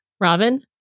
Robin